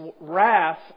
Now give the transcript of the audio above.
wrath